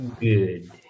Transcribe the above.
good